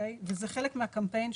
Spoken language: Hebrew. וזה חלק מהקמפיין,